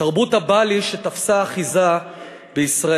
תרבות ה"בא לי" תפסה אחיזה בישראל.